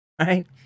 right